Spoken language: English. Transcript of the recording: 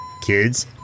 Kids